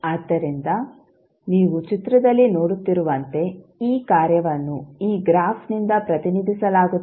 ಆದ್ದರಿಂದ ನೀವು ಚಿತ್ರದಲ್ಲಿ ನೋಡುತ್ತಿರುವಂತೆ ಈ ಕಾರ್ಯವನ್ನು ಈ ಗ್ರಾಫ್ನಿಂದ ಪ್ರತಿನಿಧಿಸಲಾಗುತ್ತದೆ